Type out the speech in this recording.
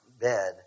bed